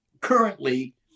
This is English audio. currently